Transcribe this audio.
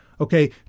Okay